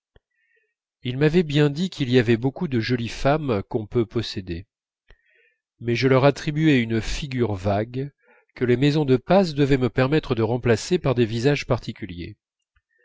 il m'avait bien dit qu'il y avait beaucoup de jolies femmes qu'on peut posséder mais je leur attribuais une figure vague que les maisons de passe devaient me permettre de remplacer par des visages particuliers